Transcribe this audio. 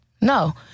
No